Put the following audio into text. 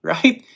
Right